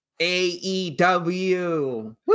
aew